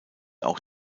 auch